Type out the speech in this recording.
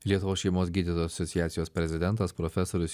lietuvos šeimos gydytojų asociacijos prezidentas profesorius